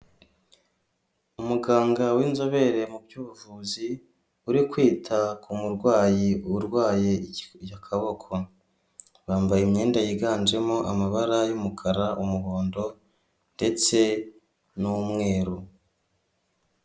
Umuganga w'inzobere mu by'ubuvuzi uri kwita ku murwayi urwaye akaboko. Yambaye imyenda yiganjemo amabara y'umukara umuhondo ndetse n'umweru.